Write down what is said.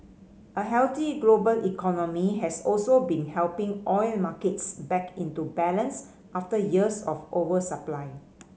a healthy global economy has also been helping oil markets back into balance after years of oversupply